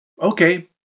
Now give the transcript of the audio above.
Okay